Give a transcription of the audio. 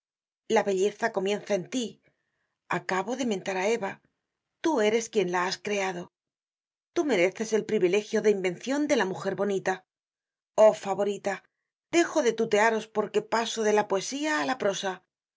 la belleza comienza en tí acabo de mentar á eva tú eres quien la has creado tú mereces el privilegio de invencion de la mujer bonita oh favorita dejo de tutearos porque paso de la poesía á la prosa